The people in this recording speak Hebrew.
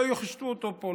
לא ישתו אותו פה,